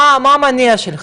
אז מה המניע שלך?